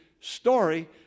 story